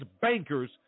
bankers